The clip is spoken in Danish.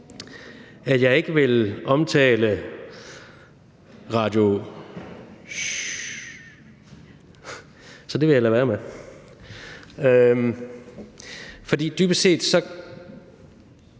at jeg ikke vil omtale »Radio schyy«, så det vil jeg lade være med, for dybest set er